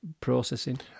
processing